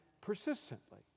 persistently